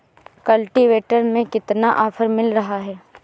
Cultivator में कितना offer मिल रहा है?